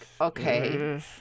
okay